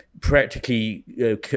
practically